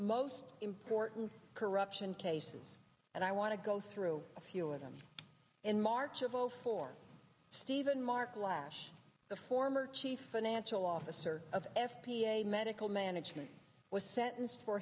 most important corruption cases and i want to go through a few of them in march of zero four steven mark lash the former chief financial officer of f p a medical management was sentenced for